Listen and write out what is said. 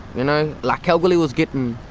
you know, like kalgoorlie was getting